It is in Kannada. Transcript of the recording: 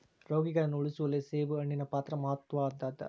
ರೋಗಿಗಳನ್ನು ಉಳಿಸುವಲ್ಲಿ ಸೇಬುಹಣ್ಣಿನ ಪಾತ್ರ ಮಾತ್ವದ್ದಾದ